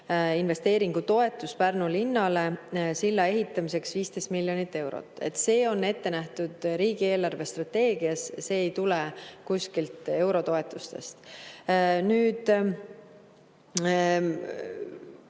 investeeringutoetust Pärnu linnale silla ehitamiseks 15 miljonit eurot. See on ette nähtud riigi eelarvestrateegias, see ei tule kuskilt eurotoetustest. See